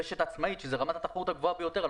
רשת עצמאית שזו רמת התחרות הגבוהה ביותר.